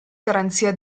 garanzia